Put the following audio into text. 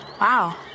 Wow